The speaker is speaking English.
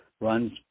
runs